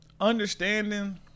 understanding